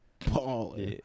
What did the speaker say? Paul